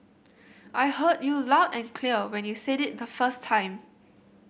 I heard you loud and clear when you said it the first time